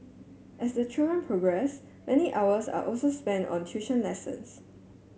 as the children progress many hours are also spent on tuition lessons